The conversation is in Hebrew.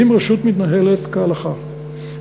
אם רשות מתנהלת כהלכה,